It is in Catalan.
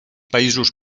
països